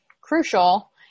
crucial